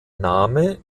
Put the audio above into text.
name